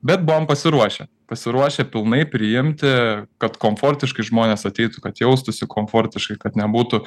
bet buvom pasiruošę pasiruošę pilnai priimti kad komfortiškai žmonės ateitų kad jaustųsi komfortiškai kad nebūtų